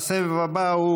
הסבב הבא הוא